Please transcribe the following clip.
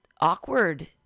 awkward